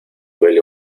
vele